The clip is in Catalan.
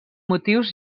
motius